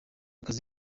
akazi